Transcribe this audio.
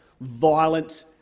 violent